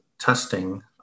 testing